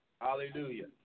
Hallelujah